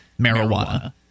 marijuana